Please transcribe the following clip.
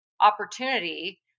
opportunity